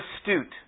astute